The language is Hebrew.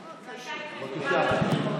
בבקשה.